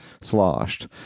sloshed